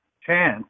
chance